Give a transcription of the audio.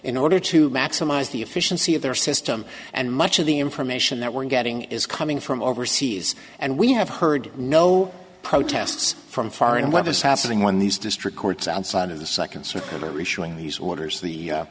in order to maximize the efficiency of their system and much of the information that we're getting is coming from overseas and we have heard no protests from far and what is happening when these district courts outside of the second